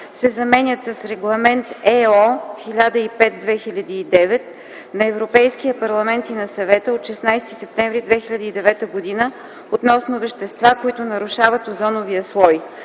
се заменят с „Регламент /ЕО/ № 1005/2009 на Европейския парламент и на Съвета от 16 септември 2009 г. относно вещества, които нарушават озоновия слой”,